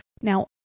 Now